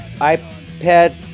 iPad